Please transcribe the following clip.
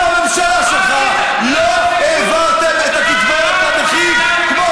אתה והממשלה שלך לא העברתם את הקצבאות לנכים כמו